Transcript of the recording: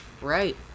right